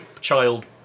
child